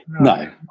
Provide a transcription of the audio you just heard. No